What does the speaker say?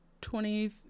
twenty